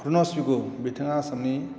रुनास पेगु बिथाङा आसामनि